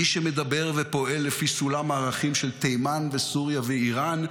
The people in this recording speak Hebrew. מי שמדבר ופועל לפי סולם הערכים של תימן וסוריה ואיראן,